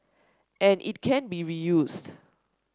and it can be reused